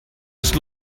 was